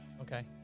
Okay